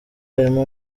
harimo